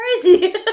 crazy